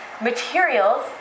materials